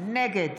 נגד